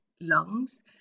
lungs